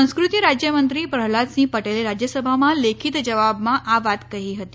સંસ્કૃતિ રાજ્યમંત્રી પ્રહલાદસિંહ પટેલે રાજ્યસભામાં લેખિત જવાબમાં આ વાત કહી હતી